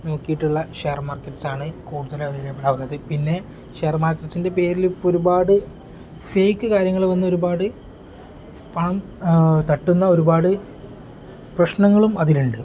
നോക്കിട്ടുള്ളത് share മാർക്കറ്റ്സാണ് കൂടുതൽ available ആവുന്നത് പിന്നെ ഷെയർ മാർക്കറ്റ്സിൻ്റെ പേരിൽ ഇപ്പം ഒരുപാട് ഫേക്ക് കാര്യങ്ങൾ വന്നു ഒരുപാട് പണം തട്ടുന്ന ഒരുപാട് പ്രശ്നങ്ങളും അതിലുണ്ട്